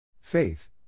Faith